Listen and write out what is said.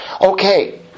Okay